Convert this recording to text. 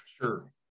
Sure